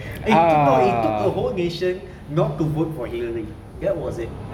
it took no it took a whole nation not to vote for hillary that was it